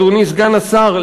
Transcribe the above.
אדוני סגן השר,